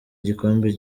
igikombe